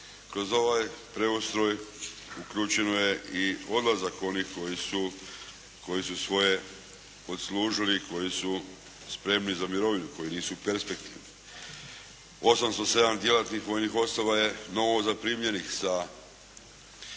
Kroz ovaj preustroj uključeno je i odlazak onih koji su svoje odslužili i koji su spremni za mirovinu, koji nisu perspektivni. 807 djelatnih vojnih osoba je novo zaprimljenih sa